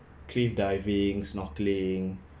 cliff diving snorkeling